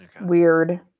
Weird